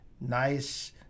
nice